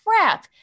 crap